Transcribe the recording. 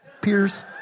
pierce